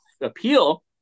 appeal